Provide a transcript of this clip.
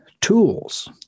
tools